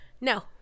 No